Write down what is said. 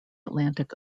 atlantic